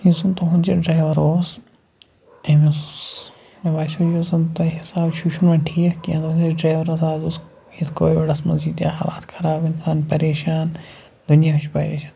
یُس زَن تُہُنٛد یہِ ڈرٛایوَر اوس أمۍ اوس مےٚ باسیٚو یُس زَن تۄہہِ حِساب چھُ یہِ چھُنہٕ وۄنۍ ٹھیٖک کینٛہہ تُہٕنٛدِس ڈرٛیورَس حظ اوس یَتھ کووِڈَس منٛز ییٖتیٛاہ حالات خراب اِنسان پریشان دُنیا چھُ پریشان